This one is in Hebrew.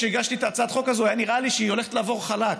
כשהגשתי את הצעת החוק הזאת היה נראה לי שהיא הולכת לעבור חלק.